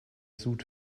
sud